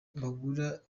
kwagura